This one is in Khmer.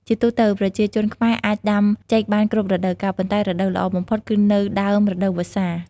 ជាទូទៅ ប្រជាជនខ្មែរអាចដាំចេកបានគ្រប់រដូវកាល ប៉ុន្តែរដូវល្អបំផុតគឺនៅដើមរដូវវស្សា។